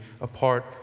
apart